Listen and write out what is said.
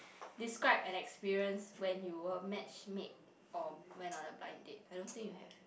describe an experience when you were match made or went on a blind date I don't think you have